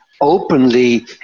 openly